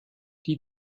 die